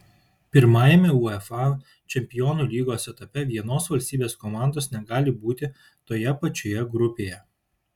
pirmajame uefa čempionų lygos etape vienos valstybės komandos negali būti toje pačioje grupėje